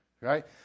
Right